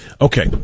Okay